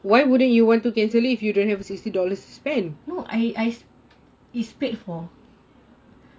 no no I it's paid for